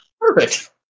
Perfect